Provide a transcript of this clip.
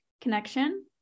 connection